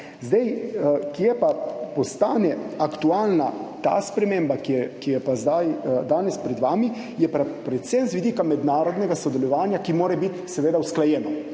Kje pa postane aktualna ta sprememba, ki je danes pred vami? Predvsem z vidika mednarodnega sodelovanja, ki mora biti seveda usklajeno.